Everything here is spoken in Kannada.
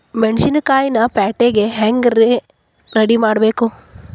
ಮೆಣಸಿನಕಾಯಿನ ಪ್ಯಾಟಿಗೆ ಹ್ಯಾಂಗ್ ರೇ ರೆಡಿಮಾಡೋದು?